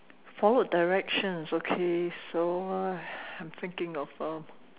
followed directions okay so uh I'm thinking of a